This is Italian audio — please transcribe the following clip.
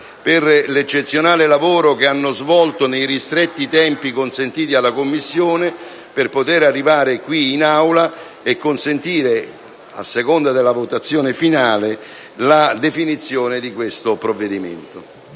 per l'eccezionale lavoro che hanno svolto nei ristretti tempi consentiti alla Commissione per poter arrivare in Aula e consentire, a seconda della votazione finale, la definizione di questo provvedimento.